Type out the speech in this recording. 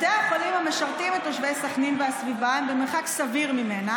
בתי החולים המשרתים את תושבי סח'נין והסביבה הם במרחק סביר ממנה